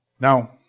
Now